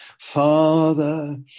Father